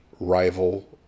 Rival